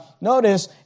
notice